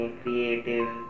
creative